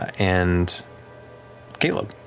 and caleb.